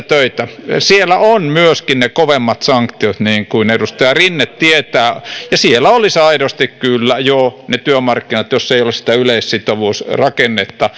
töitä siellä on myöskin ne kovemmat sanktiot niin kuin edustaja rinne tietää ja siellä olisi aidosti kyllä joo työmarkkinat joissa ei ole sitä yleissitovuusrakennetta